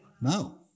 No